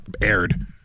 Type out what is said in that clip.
aired